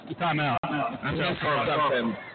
Timeout